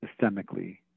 systemically